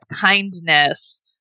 kindness